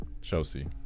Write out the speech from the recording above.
Chelsea